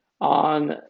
on